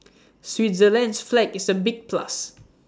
Switzerland's flag is A big plus